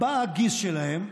בא הגיס שלהם,